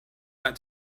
back